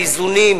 הכנסת,